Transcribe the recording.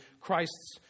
Christ's